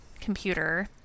computer